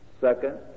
Second